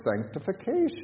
sanctification